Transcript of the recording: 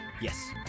yes